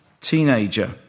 teenager